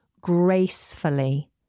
gracefully